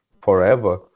forever